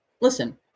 listen